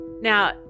Now